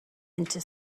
into